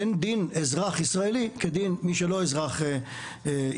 אין דין אזרחי ישראלי כדין מי שלא אזרח ישראלי.